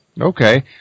Okay